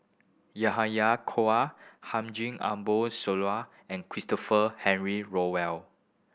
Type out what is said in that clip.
Yahya Cohen Haji Ambo Sooloh and Christopher Henry Rothwell